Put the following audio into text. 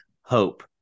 hope